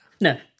No